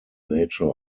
nature